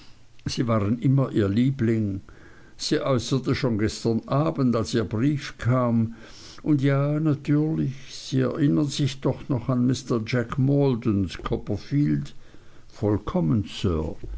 sie waren immer ihr liebling sie äußerte es schon gestern abends als ihr brief kam und ja natürlich sie erinnern sich doch noch mr jack maldon copperfield vollkommen sir